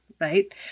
right